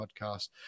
podcast